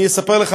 אני אספר לך,